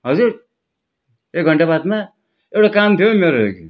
हजुर एक घन्टाबादमा एउटा काम थियो हौ मेरो